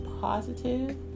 positive